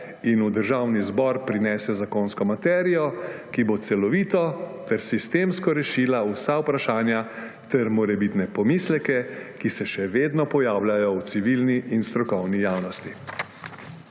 in v Državni zbor prinese zakonsko materijo, ki bo celovito ter sistemsko rešila vsa vprašanja ter morebitne pomisleke, ki se še vedno pojavljajo v civilni in strokovni javnosti.